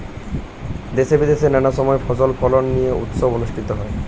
দেশে বিদেশে নানা সময় ফসল ফলন নিয়ে উৎসব অনুষ্ঠিত হয়